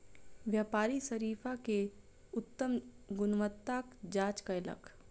व्यापारी शरीफा के उत्तम गुणवत्ताक जांच कयलक